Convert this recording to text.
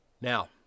Now